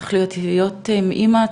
צריך להיות עם אמא,